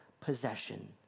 possession